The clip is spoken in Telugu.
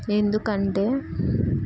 ఎందుకంటే